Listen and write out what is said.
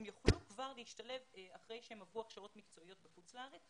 הם יוכלו כבר להשתלב אחרי שהם עברו הכשרות מקצועיות בחוץ לארץ.